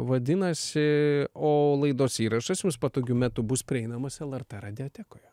vadinasi o laidos įrašas jums patogiu metu bus prieinamas lrt radiotekoje